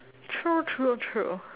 true true true